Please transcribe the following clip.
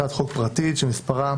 הצעת חוק פרטית שמספרה